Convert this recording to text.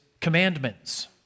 commandments